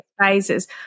phases